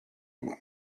knew